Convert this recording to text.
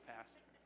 Pastor